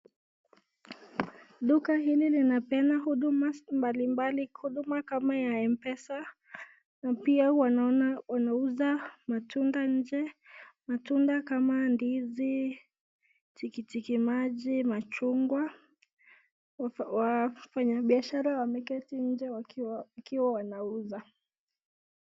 Duka hili linapeana huduma mbalimbali, huduma kama ya mpesa na pia wanauza matunda nje, matunda kama ndizi, tikiti maji, machungwa, wafanyi biashara wameketi nje wakiwa wanauza.